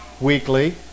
weekly